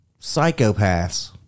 psychopaths